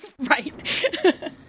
Right